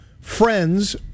Friends